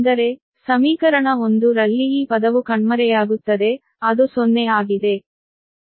ಅಂದರೆ ಸಮೀಕರಣ 1 ರಲ್ಲಿ ಈ ಪದವು ಕಣ್ಮರೆಯಾಗುತ್ತದೆ ಅದು 0 ಆಗಿದೆ